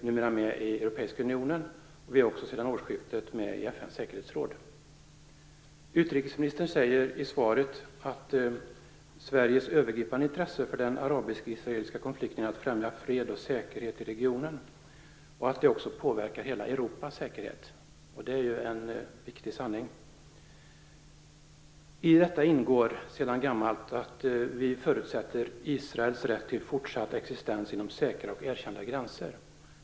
Numera är vi ju med i Europeiska unionen, och sedan årsskiftet är vi också med i FN:s säkerhetsråd. Utrikesministern säger i svaret att Sveriges övergripande intresse för den arabisk-israeliska konflikten är att främja fred och säkerhet i regionen och att det påverkar hela Europas säkerhet. Det är en viktig sanning. I detta ingår sedan gammalt att vi förutsätter Israels rätt till fortsatt existens inom säkra och erkända gränser.